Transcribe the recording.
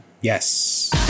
yes